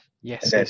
Yes